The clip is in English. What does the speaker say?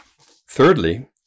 Thirdly